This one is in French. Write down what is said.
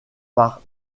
par